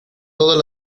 todas